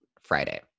Friday